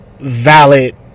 valid